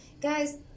Guys